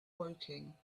woking